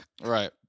Right